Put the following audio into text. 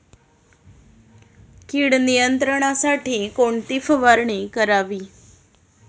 कीड नियंत्रणासाठी कोणती फवारणी करावी?